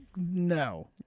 No